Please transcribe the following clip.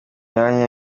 myanya